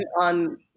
on